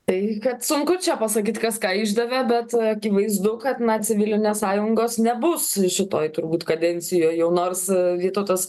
tai kad sunku čia pasakyt kas ką išdavė bet akivaizdu kad na civilinės sąjungos nebus šitoj turbūt kadencijoj jau nors vytautas